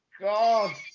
God